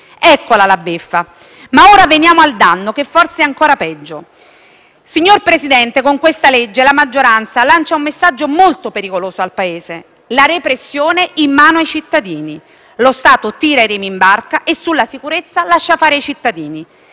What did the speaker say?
Eccola la beffa. Ma ora veniamo al danno, che forse è ancora peggio. Signor Presidente, con questo disegno di legge la maggioranza lancia un messaggio molto pericoloso al Paese: la repressione in mano ai cittadini. Lo Stato tira i remi in barca e sulla sicurezza lascia fare ai cittadini.